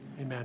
Amen